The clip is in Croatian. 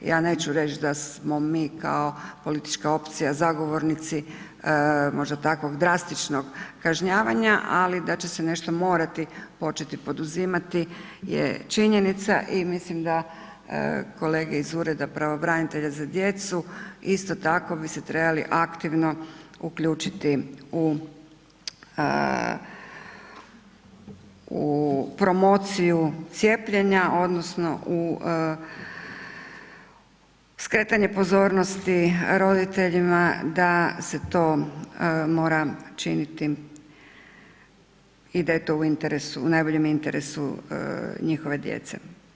Ja neću reći da smo mi kao politička opcija zagovornici možda takvog drastičnog kažnjavanja, ali da će se nešto morati početi poduzimati je činjenica i mislim da kolege iz Ureda pravobranitelja za djecu isto tako bi se trebali aktivno uključiti u promociju cijepljenja odnosno u skretanje pozornosti roditeljima da se to mora činiti i da je to u najboljem interesu njihove djece.